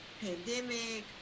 pandemic